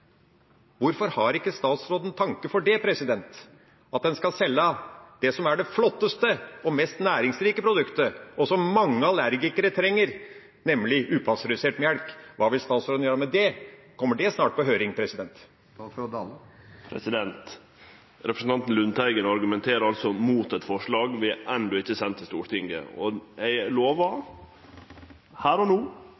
hvorfor har ikke statsråden tanke for det? At en skal selge det som er det flotteste og mest næringsrike produktet, og som mange allergikere trenger, nemlig upasteurisert melk – hva vil statsråden gjøre med det? Kommer det snart på høring? Representanten Lundteigen argumenterer altså mot eit forslag vi enno ikkje har sendt til Stortinget. Eg lovar her og